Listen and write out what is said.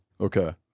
Okay